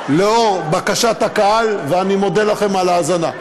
לאור בקשת הקהל, ואני מודה לכם על ההאזנה.